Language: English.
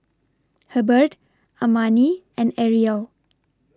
Hebert Amani and Arielle